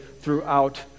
throughout